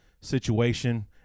situation